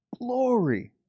glory